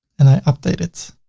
and i update it.